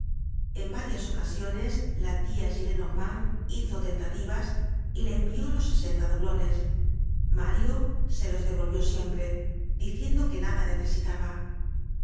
en varias ocasiones la tia gillenormand hizo tentativas y le envió los sesenta doblones mario se los devolvió siempre diciendo que nada necesitaba